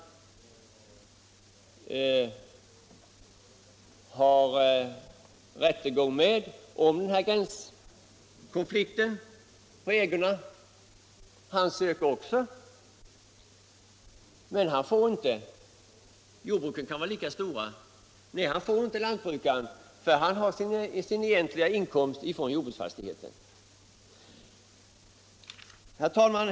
Grannen söker också rättshjälp, men han har sin egentliga inkomst från jordbruksfastigheten, och därför får han avslag på sin ansökan. Herr talman!